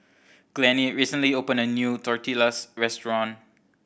Glennie recently opened a new Tortillas Restaurant